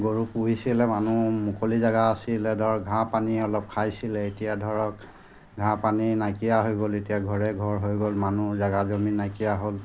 গৰু পুহিছিলে মানুহ মুকলি জেগা আছিলে ধৰক ঘাঁহ পানী অলপ খাইছিলে এতিয়া ধৰক ঘাঁহ পানী নাইকিয়া হৈ গ'ল এতিয়া ঘৰে ঘৰ হৈ গ'ল মানুহ জেগা জমিন নাইকিয়া হ'ল